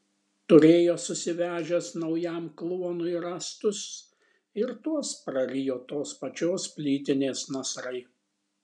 turėjo susivežęs naujam kluonui rąstus ir tuos prarijo tos pačios plytinės nasrai